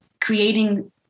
creating